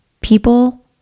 people